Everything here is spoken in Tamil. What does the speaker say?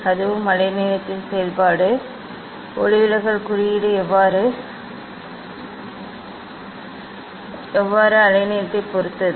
அதுவும் அலைநீளத்தின் செயல்பாடு ஒளிவிலகல் குறியீடு எவ்வாறு அலைநீளத்தைப் பொறுத்தது